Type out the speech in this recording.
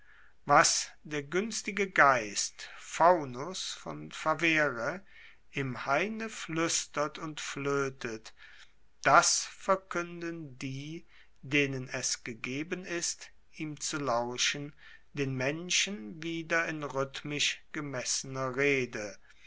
was der guenstige geist faunus von favere im haine fluestert und floetet das verkuenden die denen es gegeben ist ihm zu lauschen den menschen wieder in rhythmisch gemessener rede